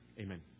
Amen